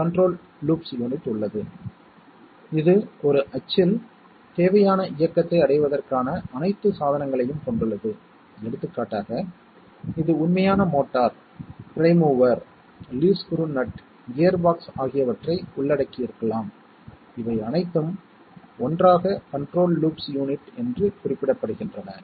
அதே வழியில் sum in அவுட்புட்டை எழுதிய பிறகு முதல் இரண்டு சொற்களிலிருந்து காமன் A ஐ வெளியே எடுத்தால் ப்ராக்கெட்டில் B AND C B'AND C' OR முதல் இரண்டு சொற்களிலிருந்து காமன் A' ஐ வெளியே எடுத்தால் ப்ராக்கெட்டில் B AND C B' AND C பெறுவோம்